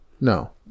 No